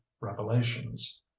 revelations